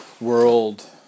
world